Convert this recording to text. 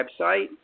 website